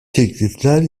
teklifler